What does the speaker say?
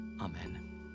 Amen